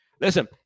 Listen